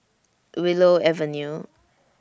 Willow Avenue